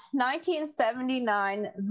1979